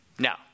Now